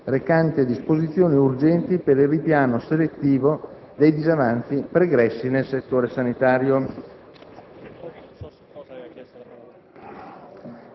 recante disposizioni urgenti per il ripiano selettivo dei disavanzi pregressi nel settore sanitario»